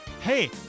Hey